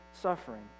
suffering